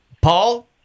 Paul